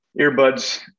earbuds